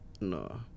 no